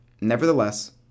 Nevertheless